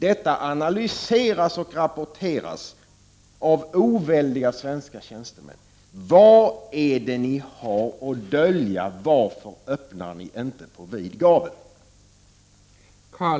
Detta analyseras och rapporteras av oväldiga svenska tjänstemän. Vad är det ni har att dölja? Varför öppnar ni inte dörren på vid gavel?